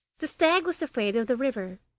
the stag was afraid of the river